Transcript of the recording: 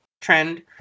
trend